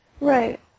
Right